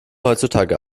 heutzutage